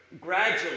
gradually